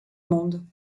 monde